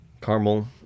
caramel